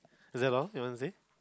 is that all you wana say